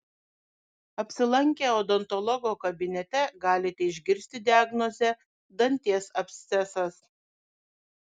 apsilankę odontologo kabinete galite išgirsti diagnozę danties abscesas